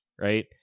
right